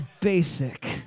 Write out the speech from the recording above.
basic